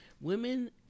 women